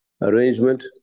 arrangement